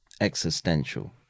existential